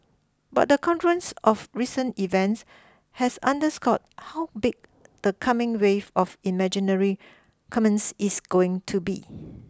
but the confluence of recent events has underscored how big the coming wave of imaginary commerce is going to be